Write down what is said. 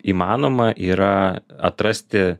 įmanoma yra atrasti